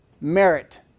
merit